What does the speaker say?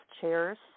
chairs